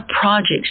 projects